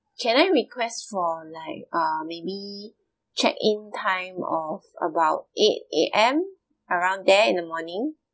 um can I request for like uh maybe check in time of about eight A_M around that in the morning